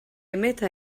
emeta